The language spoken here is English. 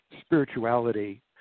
spirituality